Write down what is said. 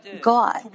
God